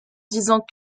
disant